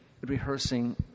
rehearsing